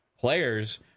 players